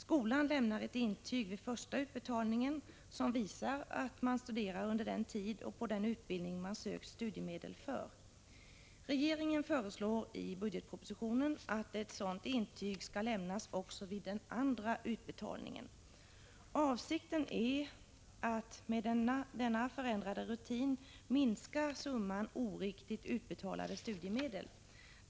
Skolan lämnar vid första utbetalningen ett intyg, som visar att man studerar under den tid och på den utbildning som man har sökt studiemedel för. I budgetpropositionen föreslår regeringen att ett sådant intyg skall lämnas också vid den andra utbetalningen. Avsikten med denna förändrade rutin är att minska summan av oriktigt utbetalade studiemedel.